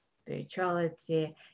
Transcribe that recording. spirituality